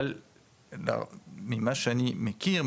אבל ממה שאני מכיר,